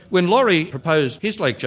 when laurie proposed his like